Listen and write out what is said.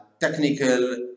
technical